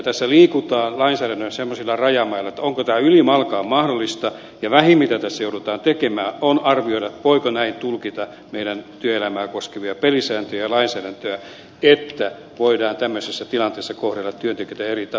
tässä liikutaan lainsäädännön semmoisilla rajamailla onko tämä ylimalkaan mahdollista ja vähin mitä tässä joudutaan tekemään on arvioida voiko näin tulkita meidän työelämää koskevia pelisääntöjä ja lainsäädäntöä että voidaan tämmöisessä tilanteessa kohdella työntekijöitä eri tavalla